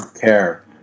care